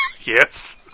Yes